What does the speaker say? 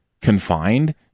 confined